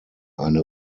eine